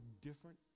different